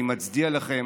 אני מצדיע לכם.